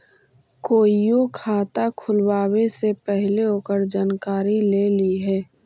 कोईओ खाता खुलवावे से पहिले ओकर जानकारी ले लिहें